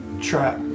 trap